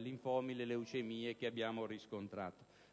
linfomi e le leucemie che abbiamo riscontrato.